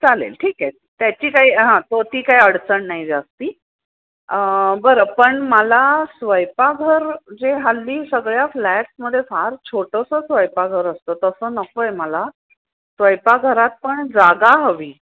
चालेल ठीक आहे त्याची काही हां तो ती काही अडचण नाही जास्त बरं पण मला स्वयंपाकघर जे हल्ली सगळ्या फ्लॅट्समध्ये फार छोटंसं स्वयंपाकघर असतं तसं नको आहे मला स्वयंपाकघरात पण जागा हवी